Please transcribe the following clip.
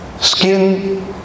Skin